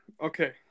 Okay